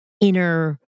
inner